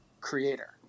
creator